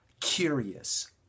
curious